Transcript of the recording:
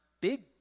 big